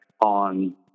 on